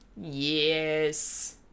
Yes